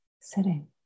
sitting